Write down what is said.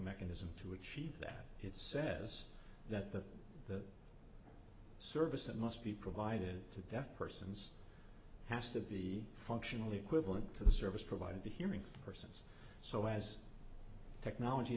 mechanism to achieve that it says that the service that must be provided to death persons has to be functionally equivalent to the service provider the hearing person so as technology